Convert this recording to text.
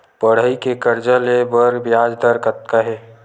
पढ़ई के कर्जा ले बर ब्याज दर कतका हे?